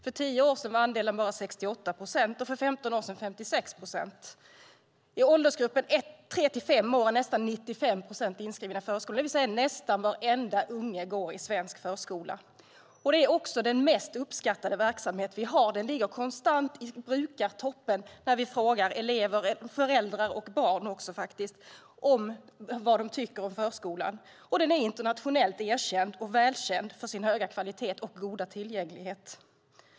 För 10 år sedan var andelen bara 68 procent och för 15 år sedan 56 procent. I åldersgruppen 3-5 år är nästan 95 procent inskrivna i förskolan. Nästan varenda unge går alltså i svensk förskola. Det är den mest uppskattade verksamhet vi har. Den ligger konstant i brukartoppen när vi frågar föräldrar och barn vad de tycker om förskolan. Den är internationellt erkänd och välkänd för sin höga kvalitet och goda tillgänglighet.